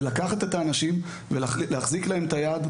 זה לקחת את האנשים ולהחזיק להם את היד,